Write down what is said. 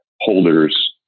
holders